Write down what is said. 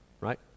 right